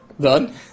done